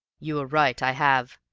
you were right. i have.